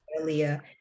earlier